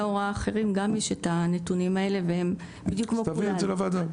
ההוראה האחרים יש את הנתונים בדיוק כמו כולם.